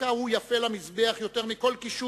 דווקא הוא יפה למזבח יותר מכל קישוט,